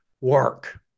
Work